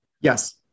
Yes